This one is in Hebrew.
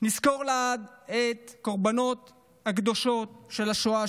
נזכור לעד את הקורבנות הקדושים של השואה,